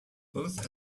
both